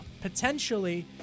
potentially